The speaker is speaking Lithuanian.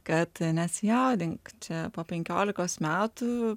kad nesijaudink čia po penkiolikos metų